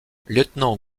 lieutenant